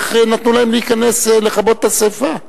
איך נתנו להם להיכנס לכבות את השרפה?